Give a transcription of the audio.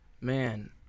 Man